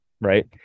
Right